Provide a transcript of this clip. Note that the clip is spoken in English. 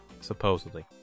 supposedly